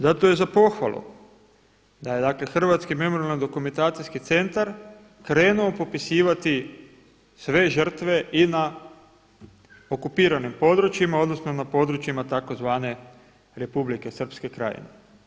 Zato je za pohvalu da je Hrvatski memorijalno-dokumentacijski centar krenuo popisivati sve žrtve i na okupiranim područjima odnosno na područjima tzv. Republike srpske krajine.